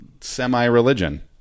Semi-religion